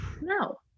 no